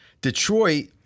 Detroit